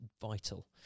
vital